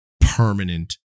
permanent